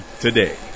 today